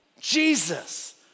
Jesus